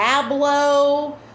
tableau